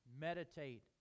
Meditate